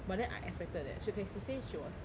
but then I expected that she okay she say she was